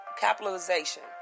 capitalization